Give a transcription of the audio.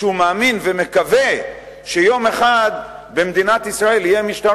שהוא מאמין ומקווה שיום אחד במדינת ישראל יהיה משטר